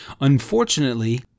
unfortunately